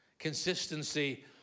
Consistency